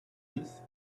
dix